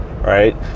right